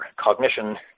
cognition